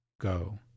Go